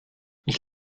ich